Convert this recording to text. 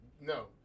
no